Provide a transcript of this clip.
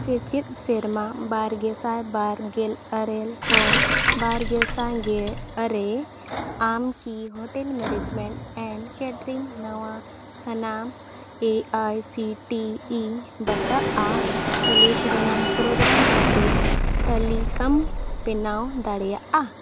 ᱥᱮᱪᱮᱫ ᱥᱮᱨᱢᱟ ᱥᱮᱪᱮᱫ ᱥᱮᱨᱢᱟ ᱵᱟᱨᱜᱮᱞ ᱥᱟᱭ ᱵᱟᱨᱜᱮᱞ ᱟᱨᱮ ᱠᱷᱚᱱ ᱵᱟᱨ ᱜᱮᱥᱟᱭ ᱜᱮ ᱟᱨᱮ ᱟᱢ ᱠᱤ ᱦᱳᱴᱮᱞ ᱢᱮᱱᱮᱡᱽᱢᱮᱱᱴ ᱮᱱᱰ ᱠᱮᱴᱨᱤᱝ ᱱᱚᱣᱟ ᱥᱟᱱᱟᱢ A I C T E ᱵᱟᱛᱟᱜᱼᱟ ᱠᱟᱞᱮᱡᱽ ᱨᱮᱱᱟᱝ ᱯᱨᱳᱜᱨᱟᱢ ᱠᱷᱟᱹᱛᱤᱨ ᱛᱟᱹᱞᱤᱠᱟᱢ ᱵᱮᱱᱟᱣ ᱫᱟᱲᱮᱭᱟᱜᱼᱟ